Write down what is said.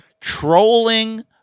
trolling